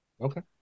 Okay